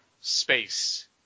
space